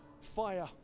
fire